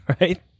Right